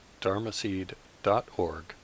dharmaseed.org